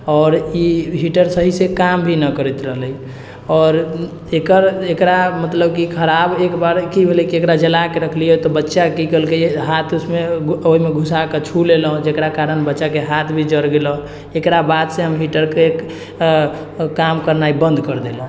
आओर ई हीटर सही सही काम भी नहि करैत रहलै आओर एकर एकरा मतलब कि खराब एकबार कि भेलै कि एकरा जड़ाके रखलिऐ तऽ बच्चा कि केलकै कि हाथ इसमे ओहिमे घुँसा कऽ छु लेलहुँ जेकरा कारण बच्चाके हाथ भी जड़ि गेलक एकरा बाद से हम हीटरके काम करनाइ बन्द करि देलहुँ